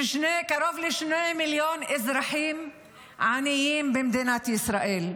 שקרוב ל-2 מיליון אזרחים עניים במדינת ישראל.